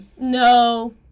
No